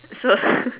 so